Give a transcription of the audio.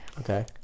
Okay